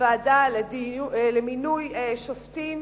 בוועדה למינוי שופטים